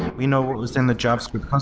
we know what was in the javascript.